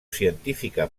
científica